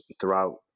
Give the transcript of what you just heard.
throughout